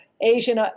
Asian